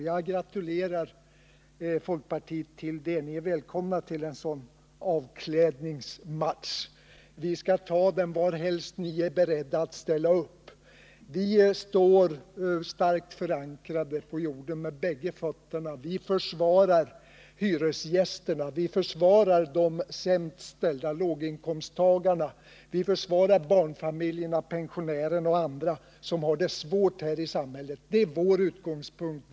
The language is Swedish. Jag gratulerar folkpartiet till det. Ni är välkomna till en sådan avklädningsmatch. Vi skall ta den varhelst ni är beredda att ställa upp. Vi står starkt förankrade med bägge fötterna på jorden. Vi försvarar hyresgästerna, och vi försvarar de sämst ställda. Vi försvarar låginkomsttagarna, barnfamiljerna, pensionärerna och andra som har det svårt här i samhället. Det är vår utgångspunkt.